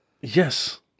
Yes